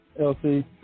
LC